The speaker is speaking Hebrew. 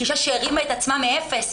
כאישה שהרימה את עצמה מאפס,